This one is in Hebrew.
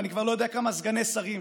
ואני כבר לא יודע כמה סגני שרים,